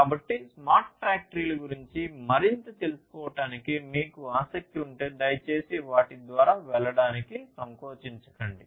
కాబట్టి స్మార్ట్ ఫ్యాక్టరీల గురించి మరింత తెలుసుకోవడానికి మీకు ఆసక్తి ఉంటే దయచేసి వాటి ద్వారా వెళ్ళడానికి సంకోచించకండి